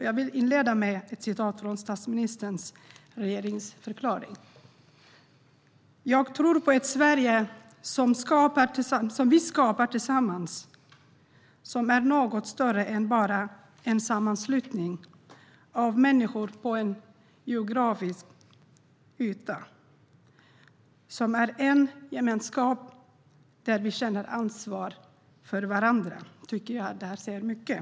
Jag vill inleda med ett citat från statsministerns regeringsförklaring: "Jag tror på ett Sverige som vi skapar tillsammans, som är något större än bara en sammanslutning av människor på en geografisk yta, som är en gemenskap där vi känner ansvar för varandra." Jag tycker att det säger mycket.